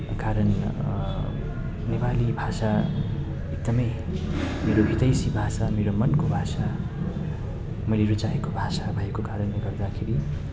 कारण नेपाली भाषा एकदमै मेरो हितैषी भाषा मेरो मनको भाषा मैले रुचाएको भाषा भएको कारणले गर्दाखेरि